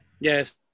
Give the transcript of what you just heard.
Yes